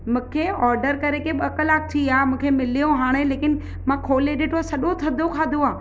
मूंखे ऑडर करे के ॿ कलाक थी विया मूंखे मिलियो हाणे लेकिनि मां खोले ॾिठो सॼो थधो खाधो आहे